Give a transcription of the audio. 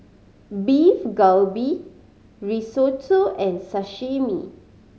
Beef Galbi Risotto and Sashimi